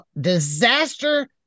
disaster